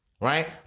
right